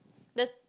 the